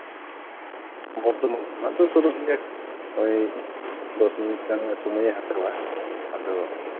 ᱵᱚᱨᱫᱷᱚᱢᱟᱱ ᱠᱷᱚᱱᱟᱜ ᱫᱚ ᱥᱩᱨᱩᱜ ᱜᱮᱭᱟ ᱳᱭ ᱫᱚᱥ ᱢᱤᱱᱤᱴ ᱜᱟᱱᱜᱮ ᱥᱚᱢᱚᱭᱮ ᱦᱟᱛᱟᱣᱟ ᱟᱫᱚ